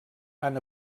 han